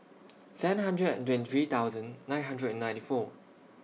seven hundred and twenty three thousand nine hundred and ninety four